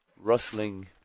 rustling